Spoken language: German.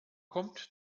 kommt